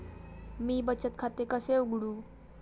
मी बचत खाते कसे उघडू?